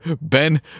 Ben